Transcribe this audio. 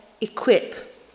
equip